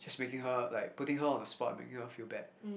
just making her like putting her on the spot making her feel bad